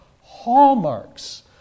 hallmarks